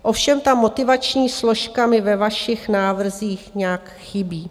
Ovšem ta motivační složka mi ve vašich návrzích nějak chybí.